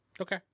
Okay